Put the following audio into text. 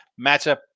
matchup